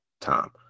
time